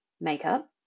makeup